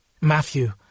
Matthew